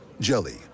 Jelly